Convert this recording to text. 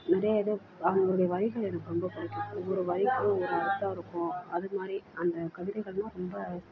நிறைய இது அவர்களுடைய வரிகள் எனக்கு ரொம்ப பிடிக்கும் ஒவ்வொரு வரிக்கும் ஒரு அர்த்தம் இருக்கும் அது மாதிரி அந்த கவிதைகளெலாம் ரொம்ப